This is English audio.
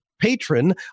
Patron